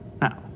Now